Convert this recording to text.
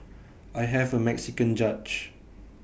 I have A Mexican judge